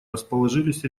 расположились